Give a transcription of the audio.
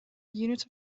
unit